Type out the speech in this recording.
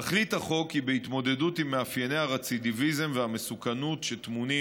תכלית החוק היא התמודדות עם מאפייני הרצידיביזם והמסוכנות שטמונים,